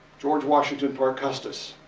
george washington parke custis,